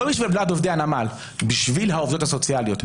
לא בשביל ועד עובדי הנמל אלא בשביל העובדות הסוציאליות,